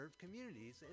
communities